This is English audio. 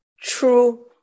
true